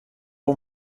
wol